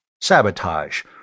Sabotage